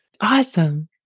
Awesome